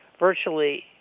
Virtually